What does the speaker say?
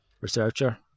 researcher